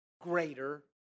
greater